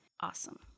Awesome